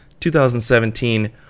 2017